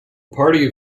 party